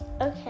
Okay